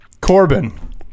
Corbin